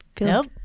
Nope